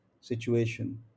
situation